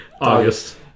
August